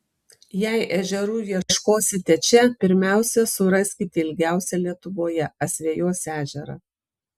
jei ežerų ieškosite čia pirmiausia suraskite ilgiausią lietuvoje asvejos ežerą